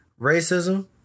racism